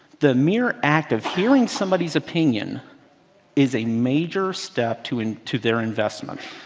the mere act of hearing somebody's opinion is a major step to and to their investment.